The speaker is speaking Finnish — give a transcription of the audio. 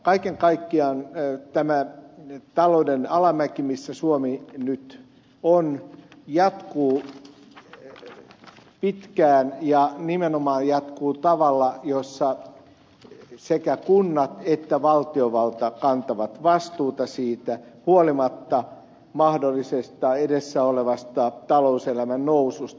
kaiken kaikkiaan tämä talouden alamäki missä suomi nyt on jatkuu pitkään ja nimenomaan jatkuu tavalla jolla sekä kunnat että valtiovalta kantavat vastuuta siitä huolimatta mahdollisesti edessä olevasta talouselämän noususta